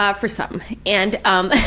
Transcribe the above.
um for some. and um,